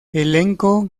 elenco